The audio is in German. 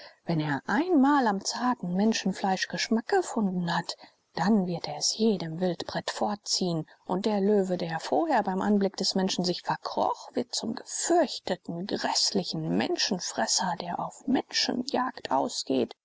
wenn er einmal am zarten menschenfleisch geschmack gefunden hat dann wird er es jedem wildbret vorziehen und der löwe der vorher beim anblick des menschen sich verkroch wird zum gefürchteten gräßlichen menschenfresser der auf menschenjagd ausgeht